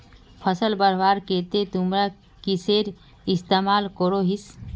फसल बढ़वार केते तुमरा किसेर इस्तेमाल करोहिस?